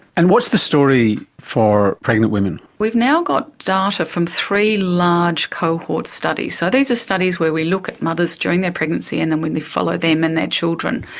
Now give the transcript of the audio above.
and what's the story for pregnant women? we've now got data from three large cohort studies. so these are studies where we look at mothers during their pregnancy and then when we follow them and their children,